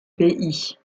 pays